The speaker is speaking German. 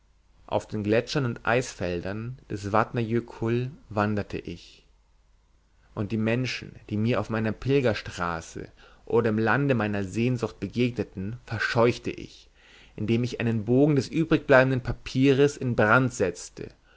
auf den gletschern und eisfeldern des vatna jökull wanderte ich und die menschen die mir auf meiner pilgerstraße oder im lande meiner sehnsucht begegneten verscheuchte ich indem ich einen bogen des übrig bleibenden papieres in brand setzte